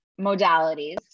modalities